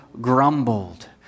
grumbled